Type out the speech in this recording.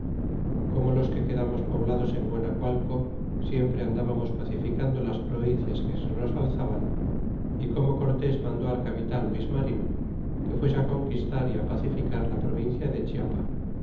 como los que quedamos poblados en guacacualco siempre andábamos pacificando las provincias que se nos alzaban y como cortds mandó al capitan luis manir que fuese conquistar d pacificar la provincia de chiapa